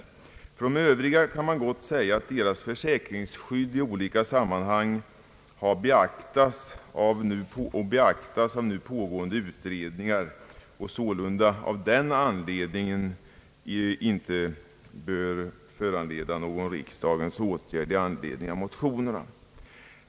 Beträffande de övriga kan man gott säga att deras försäkringsskydd i olika sammanhang beaktas av olika nu pågående utredningar och sålunda av den anledningen inte behöver föranleda någon riksdagens åtgärd.